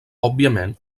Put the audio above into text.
òbviament